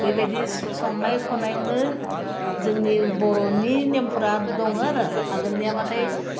बेबायदि संनाय खावनायावनो जोंनि बर'नि नियमफ्रा दङो आरो आगोलनियाबाथाइ